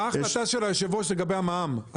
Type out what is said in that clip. מהי ההחלטה של היו"ר לגבי המע"מ?